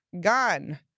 gone